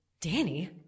Danny